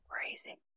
crazy